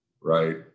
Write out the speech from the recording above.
right